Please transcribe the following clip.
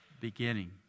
beginning